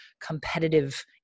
competitive